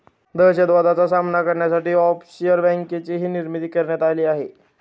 दहशतवादाचा सामना करण्यासाठी ऑफशोअर बँकेचीही निर्मिती करण्यात आली आहे